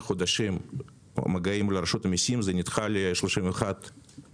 חודשים מגעים עם רשות המיסים וזה נדחה ל-31 באוקטובר,